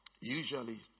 Usually